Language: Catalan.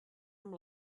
amb